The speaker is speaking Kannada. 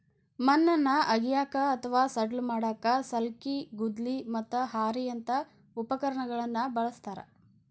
ಮಣ್ಣನ್ನ ಅಗಿಯಾಕ ಅತ್ವಾ ಸಡ್ಲ ಮಾಡಾಕ ಸಲ್ಕಿ, ಗುದ್ಲಿ, ಮತ್ತ ಹಾರಿಯಂತ ಉಪಕರಣಗಳನ್ನ ಬಳಸ್ತಾರ